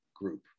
group